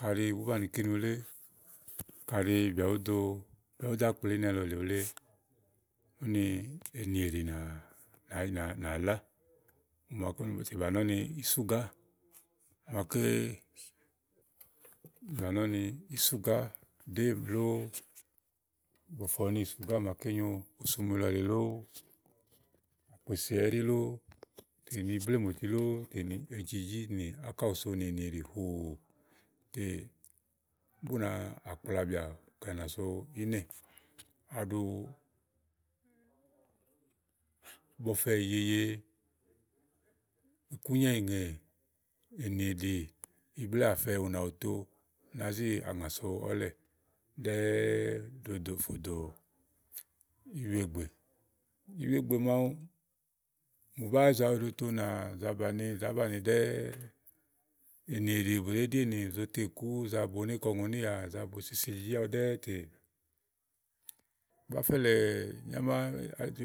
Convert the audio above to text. Kàɖì búù bàni kìni ulé, Kàɖi bù ú ɖo àkple inɛ lɔlèe ulé ùni ènìèɖì nà la ùni bùmòti bà nɔ̀ni ísùgà blɛ̀ bɔ̀fòni ìsùgà, Àkpéssé lóo, iblè mòti èJìJì nì àka òso nì ènìèɖi hòò tè bù ná kpla bìà kɛ̀ nìà so ìnɛ. Bɔfɛ ìyeye, ikùnyà èŋè, iblé àfɛ, ùnà òto ùnà zì ŋà so ɔ̀lɛ̀ ɖɛ́ɛ́ ƒò ɖò uyegbé, ìgbè màwu mò báàa zo aɖu zo to ùnà ɖɛ́ɛ́, bù ɖèé ɖi èni, oto èkù aboné kɔ ŋòniyà esoso èJìJì awu ɖɛ̀ɛ̀